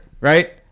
Right